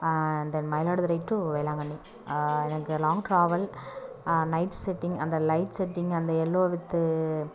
தென் Mayiladuthurai to Velankanni எனக்கு long travel night setting அந்த light setting அந்த எல்லோ வித்து